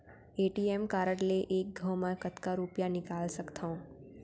ATM card ले एक घव म कतका रुपिया निकाल सकथव?